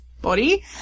body